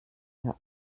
dir